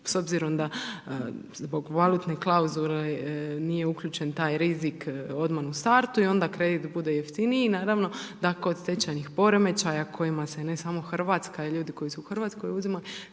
s obzirom da, zbog valutne klauzule nije uključen taj rizik odmah u startu i onda kredit bude jeftiniji i naravno, da kod tečajnih poremećaja kojima se ne samo RH i ljudi koji su u RH uzimali